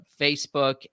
facebook